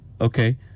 Okay